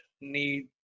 need